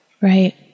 Right